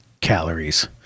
calories